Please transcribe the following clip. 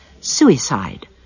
suicide